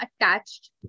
attached